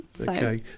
okay